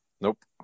Nope